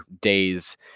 days